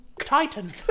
Titan